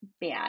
bad